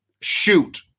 shoot